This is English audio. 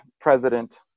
president